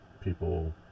people